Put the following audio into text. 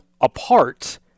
apart